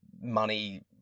money